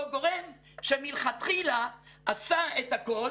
אותו גורם שמלכתחילה עשה את הכול